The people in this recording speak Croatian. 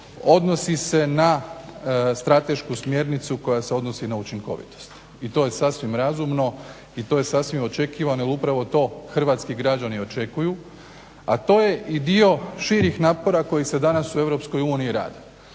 odnosi se na stratešku smjernicu koja se odnosi na učinkovitost, i to je sasvim razumno i to je sasvim očekivano, jer upravo to hrvatski građani očekuju, a to je i dio širih napora koji se danas u Europskoj